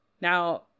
Now